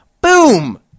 Boom